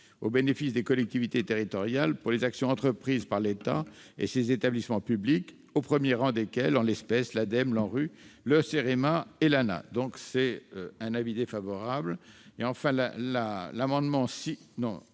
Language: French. au bénéfice des collectivités territoriales, pour les actions entreprises par l'État et ses établissements publics, au premier rang desquels, en l'espèce, l'ADEME, l'ANRU, le CEREMA et l'ANAH. La commission émet donc un avis défavorable.